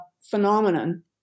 phenomenon